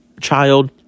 child